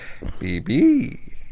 BB